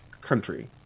Country